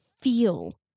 feel